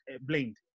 blamed